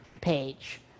page